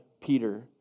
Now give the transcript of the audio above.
Peter